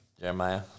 Jeremiah